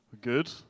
Good